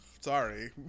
sorry